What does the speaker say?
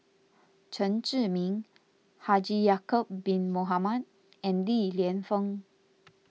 Chen Zhiming Haji Ya'Acob Bin Mohamed and Li Lienfung